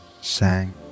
sang